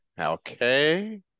Okay